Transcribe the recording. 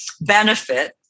benefit